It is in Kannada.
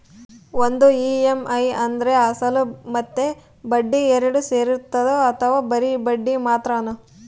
ಒಂದು ಇ.ಎಮ್.ಐ ಅಂದ್ರೆ ಅಸಲು ಮತ್ತೆ ಬಡ್ಡಿ ಎರಡು ಸೇರಿರ್ತದೋ ಅಥವಾ ಬರಿ ಬಡ್ಡಿ ಮಾತ್ರನೋ?